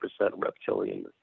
reptilian